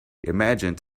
imagined